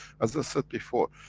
as i said before,